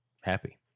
happy